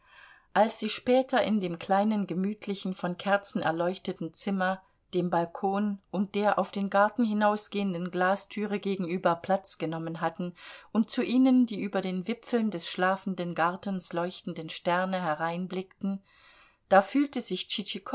als sie später in dem kleinen gemütlichen von kerzen erleuchteten zimmer dem balkon und der auf den garten hinausgehenden glastüre gegenüber platz genommen hatten und zu ihnen die über den wipfeln des schlafenden gartens leuchtenden sterne hereinblickten da fühlte sich